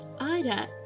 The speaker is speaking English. Ida